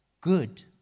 good